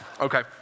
Okay